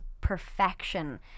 perfection